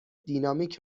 دینامیک